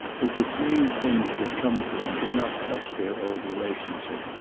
that this new thing that had come to him did not touch their old relationship.